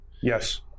Yes